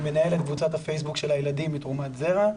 אני מנהל את קבוצת הפייסבוק של הילדים מתרומת זרע.